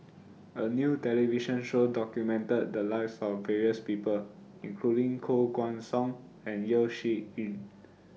A New television Show documented The Lives of various People including Koh Guan Song and Yeo Shih Yun